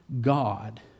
God